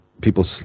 people